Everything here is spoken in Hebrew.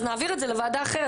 אז נעביר את זה לוועדה אחרת,